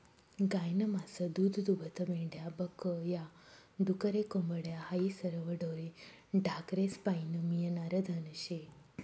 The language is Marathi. गायनं मास, दूधदूभतं, मेंढ्या बक या, डुकरे, कोंबड्या हायी सरवं ढोरे ढाकरेस्पाईन मियनारं धन शे